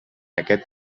aquest